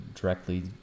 directly